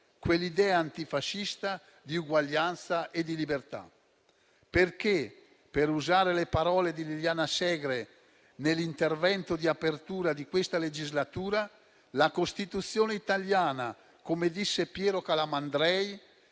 quell'idea antifascista di uguaglianza e di libertà. Per usare le parole di Liliana Segre nell'intervento di apertura di questa legislatura, la Costituzione italiana, come disse Piero Calamandrei,